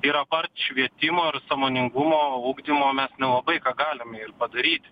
ir apart švietimo ir sąmoningumo ugdymo mes nelabai ką galime ir padaryti